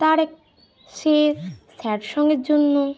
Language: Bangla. তার সে স্যাড সং এর জন্য